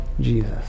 Jesus